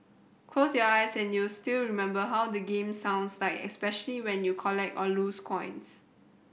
close your eyes and you still remember how the game sounds like especially when you collect or lose coins